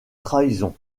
trahison